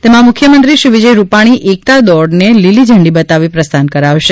તેમાં મુખ્યમંત્રી શ્રી વિજય રૂપાણી એકતા દોડને લીલી ઝંડી બતાવી પ્રસ્થાન કરાવશે